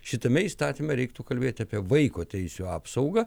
šitame įstatyme reiktų kalbėti apie vaiko teisių apsaugą